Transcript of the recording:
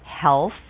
health